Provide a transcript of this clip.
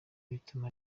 bituma